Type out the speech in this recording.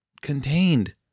contained